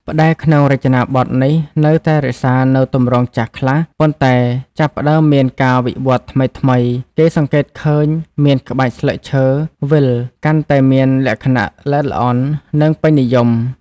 ផ្តែរក្នុងរចនាបថនេះនៅតែរក្សានូវទម្រង់ចាស់ខ្លះ ប៉ុន្តែចាប់ផ្តើមមានការវិវត្តន៍ថ្មីៗ គេសង្កេតឃើញមាន ក្បាច់ស្លឹកឈើវិល កាន់តែមានលក្ខណៈល្អិតល្អន់ និងពេញនិយម។